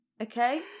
okay